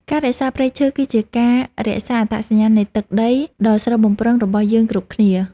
ការរក្សាព្រៃឈើ គឺជាការរក្សានូវអត្តសញ្ញាណនៃទឹកដីដ៏ស្រស់បំព្រងរបស់យើងគ្រប់គ្នា។